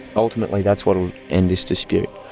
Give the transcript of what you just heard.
ultimately that's what will end this dispute,